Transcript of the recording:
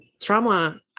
trauma